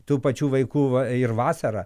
tų pačių vaikų va ir vasarą